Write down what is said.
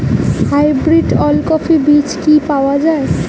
Hybrid ওলকফি বীজ কি পাওয়া য়ায়?